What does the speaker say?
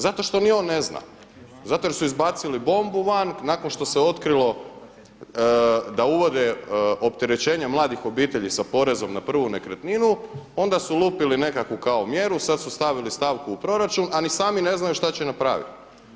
Zato što ni on ne zna, zato jer su izbacili bombu van nakon što se otkrilo da uvode opterećenje mladih obitelji sa porezom na pravu nekretninu onda su lupili nekakvu kao mjeru, sad su stavili stavku u proračun a ni sami ne znaju šta će napraviti.